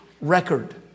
record